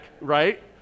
right